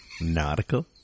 nautical